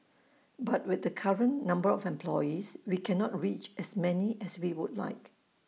but with the current number of employees we cannot reach as many as we would like